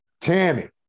Tammy